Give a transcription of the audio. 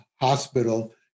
hospital